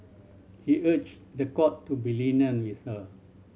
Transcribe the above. he urged the court to be lenient with her